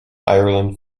ireland